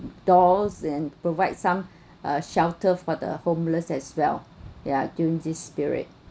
dolls and provide some uh shelter for the homeless as well yeah tune this spirit